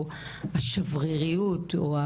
או השבריריות או,